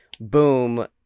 boom